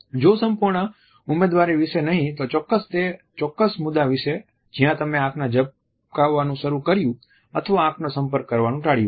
જો સંપૂર્ણ ઉમેદવારી વિશે નહીં તો ચોક્કસપણે તે ચોક્કસ મુદ્દા વિશે જ્યાં તમે આંખ ઝબકાવવાનું શરુ કર્યું અથવા આંખનો સંપર્ક કરવાનું ટાળ્યું હતું